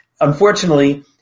unfortunately